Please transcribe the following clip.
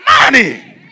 Money